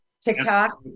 TikTok